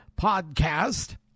podcast